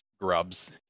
grubs